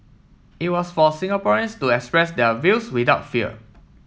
it was for Singaporeans to express their views without fear